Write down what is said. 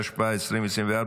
התשפ"ה 2024,